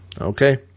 okay